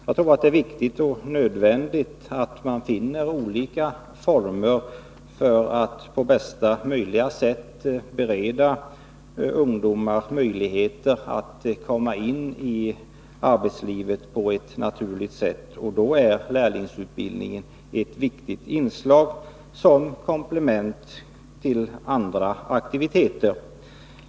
Jag tror att det är viktigt och nödvändigt att vi finner olika former för att på bästa sätt bereda ungdomar möjligheter att komma in i arbetslivet på ett naturligt sätt, och då är lärlingsutbildningen ett betydelsefullt inslag som komplettering till andra aktiviteter.